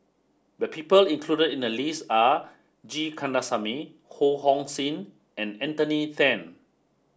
the people included in the list are G Kandasamy Ho Hong Sing and Anthony Then